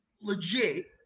legit